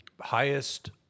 Highest